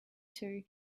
two